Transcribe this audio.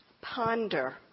ponder